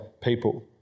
people